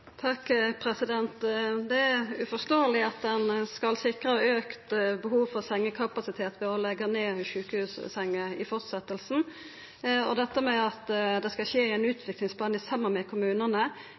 Det er uforståeleg at ein skal sikra auka kapasitet for sengeplassar ved å leggja ned sjukehussengar i fortsetjinga. Og til dette med at det skal skje ein utviklingsplan i